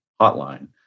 hotline